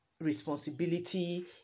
responsibility